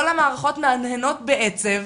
כל המערכות מהנהנות בעצב